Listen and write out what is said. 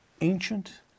ancient